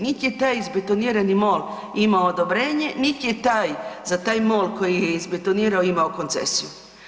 Niti je taj izbetonirani mol imao odobrenje niti je taj, za taj mol koji je izbetonirao, imao koncesiju.